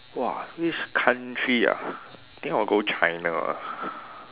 !wah! which country ah I think I'll go China lah